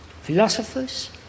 philosophers